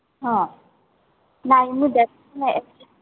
ହଁ ନାଇଁ ମୁଁ ଦେଖେ